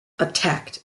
attacked